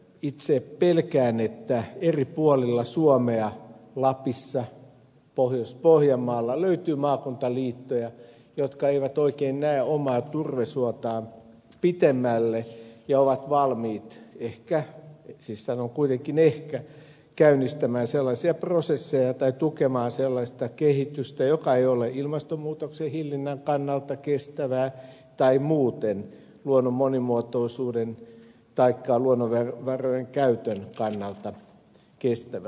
itse pelkään että eri puolilla suomea lapissa pohjois pohjanmaalla löytyy maakuntaliittoja jotka eivät oikein näe omaa turvesuotaan pitemmälle ja ovat valmiit ehkä siis sanon kuitenkin ehkä käynnistämään sellaisia prosesseja tai tukemaan sellaista kehitystä että se ei ole ilmastonmuutoksen hillinnän kannalta kestävää tai muuten luonnon monimuotoisuuden taikka luonnonvarojen käytön kannalta kestävää